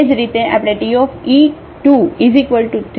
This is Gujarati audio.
એ જ રીતે આપણે Te235 3 મેળવી શકીએ છીએ